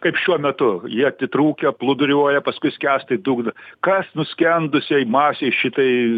kaip šiuo metu jie atitrūkę plūduriuoja paskui skęsta į dugną kas nuskendusiai masei šitai